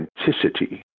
authenticity